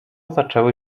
zaczęły